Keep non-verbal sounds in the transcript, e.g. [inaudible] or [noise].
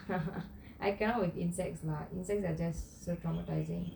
[laughs] I cannot with insects lah insects there are just so traumatising